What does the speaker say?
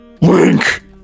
Link